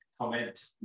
comment